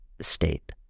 state